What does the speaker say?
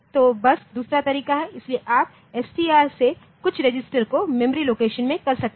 तो बस दूसरा तरीका है इसलिए आप एसटीआर से कुछ रजिस्टर को मेमोरी लोकेशन में कर सकते हैं